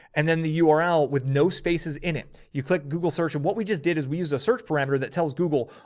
and then the ah url with no spaces in it, you click google search. and what we just did is we used a search parameter that tells google.